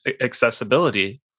accessibility